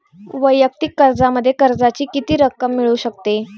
वैयक्तिक कर्जामध्ये कर्जाची किती रक्कम मिळू शकते?